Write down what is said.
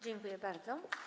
Dziękuję bardzo.